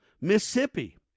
Mississippi